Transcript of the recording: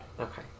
Okay